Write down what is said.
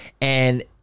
And-